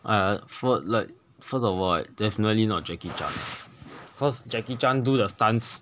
!aiya! like first of all right definitely not jackie chan cause jackie chan do the stunts